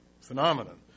phenomenon